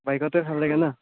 বাইকতে ভাল লাগে না